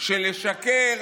שלשקר